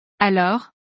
Alors